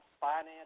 finance